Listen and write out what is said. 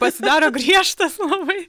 pasidaro griežtas labai